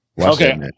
okay